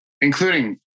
including